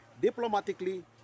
diplomatically